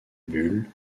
bulle